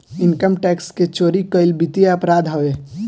income tax के चोरी कईल वित्तीय अपराध हवे